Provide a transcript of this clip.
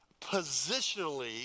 Positionally